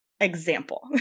example